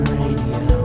radio